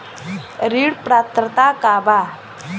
ऋण पात्रता का बा?